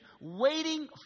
waiting